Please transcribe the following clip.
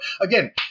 again